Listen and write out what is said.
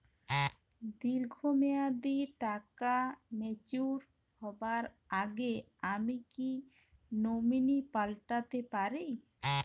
দীর্ঘ মেয়াদি টাকা ম্যাচিউর হবার আগে আমি কি নমিনি পাল্টা তে পারি?